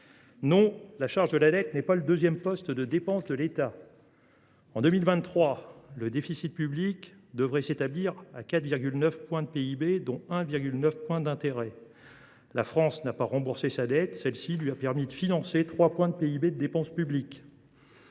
non, la charge de la dette n’est pas le deuxième poste de dépenses de l’État ! En 2023, le déficit public devrait s’établir à 4,9 % du PIB, dont 1,9 point d’intérêts. La France n’a pas remboursé sa dette et cela lui a permis de financer 3 points de PIB de dépenses publiques.